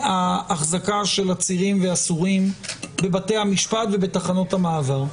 ההחזקה של עצירים ואסורים בבתי המשפט ובתחנות המעבר.